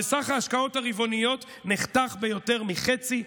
וסך ההשקעות הרבעוניות נחתך ביותר מחצי.